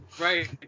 Right